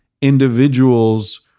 individuals